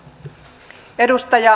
arvoisa puhemies